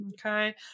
okay